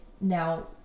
now